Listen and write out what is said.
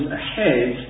ahead